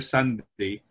Sunday